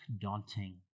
daunting